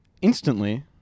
Instantly